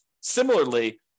Similarly